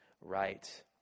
right